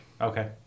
okay